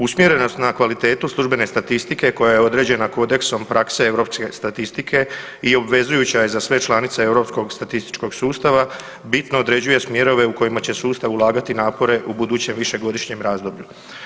Usmjerenost na kvalitetu službene statistike koja je određena kodeksom prakse europske statistike i obvezujuća je za sve članice statističkog sustava bitno određuje smjerove u kojima će sustav ulagati napore u budućem višegodišnjem razdoblju.